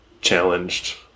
challenged